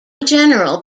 general